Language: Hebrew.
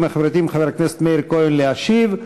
החברתיים חבר הכנסת מאיר כהן להשיב.